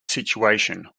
situation